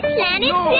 Planet